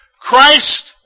Christ